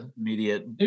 Immediate